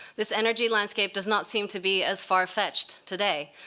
this energy landscape does not seem to be as far-fetched today.